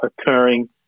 occurring